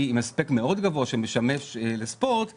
עם הספק מאוד גבוה שמשמש לספורט ירד.